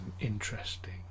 interesting